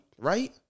right